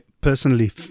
personally